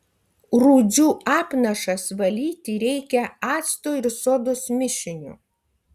rūdžių apnašas valyti reikia acto ir sodos mišiniu